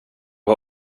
var